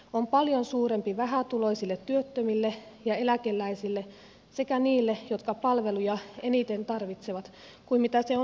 on paljon suurempi vähätuloisille työttömille ja eläkeläisille sekä niille jotka palveluja eniten tarvitsevat leikkauksen merkitys on paljon suurempi kuin hyvätuloisille